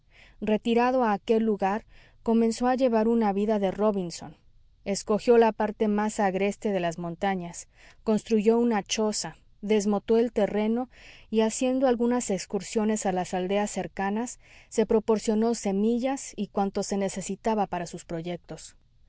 retirado a aquel lugar comenzó a llevar una vida de róbinson escogió la parte más agreste de las montañas construyó una choza desmotó el terreno y haciendo algunas excursiones a las aldeas cercanas se proporcionó semillas y cuanto se necesitaba para sus proyectos